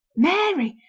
mary!